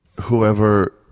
whoever